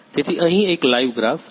તેથી અહીં એક લાઇવ ગ્રાફ છે